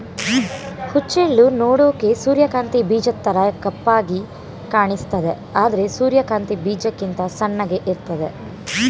ಹುಚ್ಚೆಳ್ಳು ನೋಡೋಕೆ ಸೂರ್ಯಕಾಂತಿ ಬೀಜದ್ತರ ಕಪ್ಪಾಗಿ ಕಾಣಿಸ್ತದೆ ಆದ್ರೆ ಸೂರ್ಯಕಾಂತಿ ಬೀಜಕ್ಕಿಂತ ಸಣ್ಣಗೆ ಇರ್ತದೆ